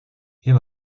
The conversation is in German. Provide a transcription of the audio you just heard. hier